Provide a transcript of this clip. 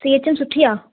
C H N सुठी आहे